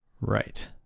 Right